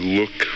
look